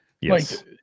Yes